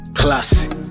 classic